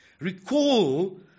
Recall